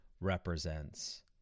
represents